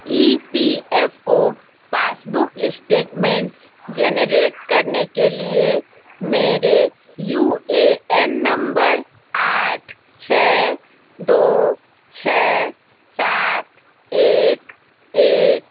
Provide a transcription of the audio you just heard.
ई P F O passbook statement generate करने के लिए मेरे यू ए एन नंबर आठ छः दो छः सात एक एक